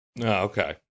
okay